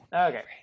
Okay